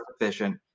efficient